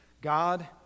God